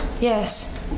Yes